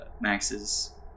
Max's